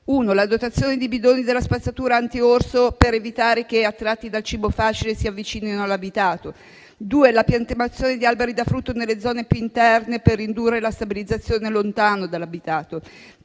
a) la dotazione di bidoni della spazzatura anti orso per evitare che, attratti da cibo facile, si avvicinino all'abitato; b) la piantumazione di alberi da frutto nelle zone più interne per indurne la stabilizzazione lontano dall'abitato;